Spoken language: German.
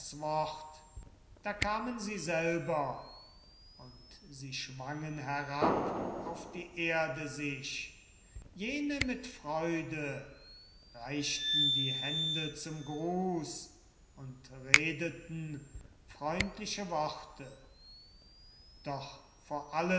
da kamen sie selber und sie schwangen herab auf die erde sich jene mit freude reichten die hände zum gruß und redeten freundliche worte doch vor allen